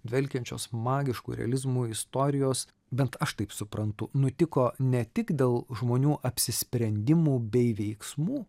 dvelkiančios magišku realizmu istorijos bent aš taip suprantu nutiko ne tik dėl žmonių apsisprendimų bei veiksmų